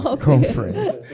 conference